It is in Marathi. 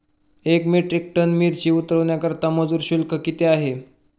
एक मेट्रिक टन मिरची उतरवण्याकरता मजुर शुल्क किती आहे?